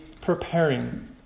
preparing